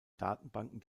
datenbanken